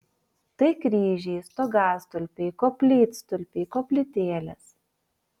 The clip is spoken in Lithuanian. tai kryžiai stogastulpiai koplytstulpiai koplytėlės